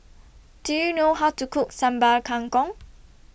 Do YOU know How to Cook Sambal Kangkong